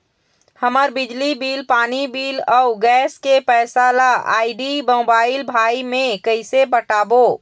हमर बिजली बिल, पानी बिल, अऊ गैस के पैसा ला आईडी, मोबाइल, भाई मे कइसे पटाबो?